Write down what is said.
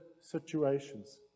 situations